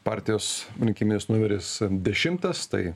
partijos rinkiminis numeris dešimtas tai